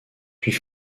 puis